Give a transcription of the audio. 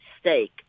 stake